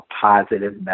positive